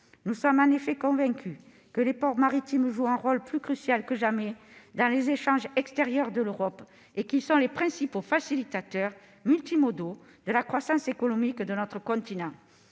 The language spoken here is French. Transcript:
Nous sommes en effet convaincus que les ports maritimes jouent un rôle plus crucial que jamais dans les échanges extérieurs de l'Europe, et qu'ils sont les principaux facilitateurs multimodaux de la croissance économique de notre continent.